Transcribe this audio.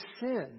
sin